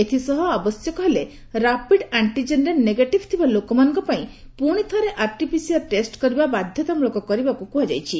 ଏଥିସହ ଆବଶ୍ୟକ ହେଲେ ରାପିଡ୍ ଆଙ୍କିଜେନ୍ରେ ନେଗେଟିଭ୍ ଥିବା ଲୋକମାନଙ୍କ ପାଇଁ ପ୍ରଶି ଥରେ ଆର୍ଟିପିସିଆର୍ ଟେଷ୍ଟ କରିବା ବାଧ୍ୟତାମ୍ବଳକ କରିବାକୁ କୁହାଯାଇଛି